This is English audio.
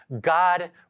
God